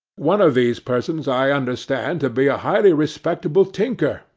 one of these persons i understand to be a highly-respectable tinker,